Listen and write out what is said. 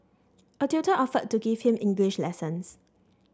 a tutor offered to give him English lessons